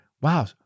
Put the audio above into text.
wow